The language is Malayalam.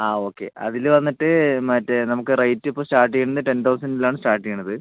ആ ഓക്കെ അതിൽ വന്നിട്ട് മറ്റേ നമുക്ക് റേറ്റിപ്പോൾ സ്റ്റാർട്ട് ചെയ്യുന്നത് ടെൻ തൗസൻ്റിലാണ് സ്റ്റാർട്ട് ചെയ്യണത്